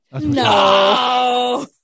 No